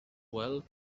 well